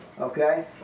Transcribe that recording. Okay